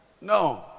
No